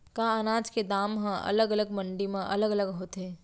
का अनाज के दाम हा अलग अलग मंडी म अलग अलग होथे?